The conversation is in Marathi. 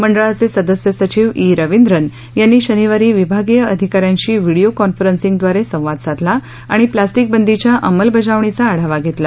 मंडळाचे सदस्य सचिव ारविंद्रन यांनी शनिवारी विभागीय अधिकाऱ्यांशी व्हिडियो कॉन्फरन्सिंद्वारे संवाद साधला आणि प्लास्टिक बंदीच्या अंमलबजावणीचा आढावा घेतला